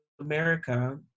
America